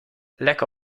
lack